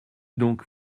donc